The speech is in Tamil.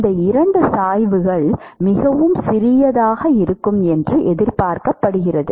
இந்த 2 சாய்வுகள் மிகவும் சிறியதாக இருக்கும் என்று எதிர்பார்க்கப்படுகிறது